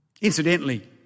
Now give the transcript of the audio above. Incidentally